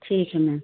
ठीक है मैम